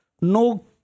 no